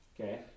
okay